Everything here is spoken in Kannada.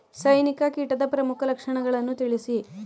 ಸೈನಿಕ ಕೀಟದ ಪ್ರಮುಖ ಲಕ್ಷಣಗಳನ್ನು ತಿಳಿಸಿ?